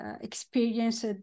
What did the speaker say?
experienced